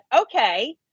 okay